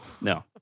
No